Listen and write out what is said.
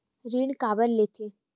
ऋण काबर लेथे?